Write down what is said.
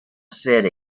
city